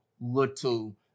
little